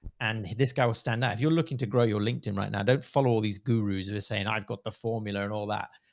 and this guy will stand out if you're looking to grow your linkedin right now. don't follow all these gurus that are saying, i've got the formula and all that.